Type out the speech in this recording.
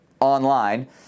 online